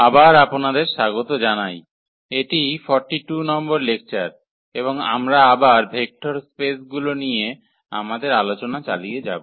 আবার আপনাদের স্বাগত জানাই এটি 42 নম্বর লেকচার এবং আমরা আবার ভেক্টর স্পেসগুলি নিয়ে আমাদের আলোচনা চালিয়ে যাব